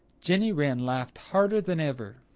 jenny wren laughed harder that ever.